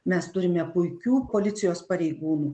mes turime puikių policijos pareigūnų